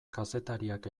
kazetariak